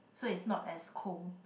so it's not as cold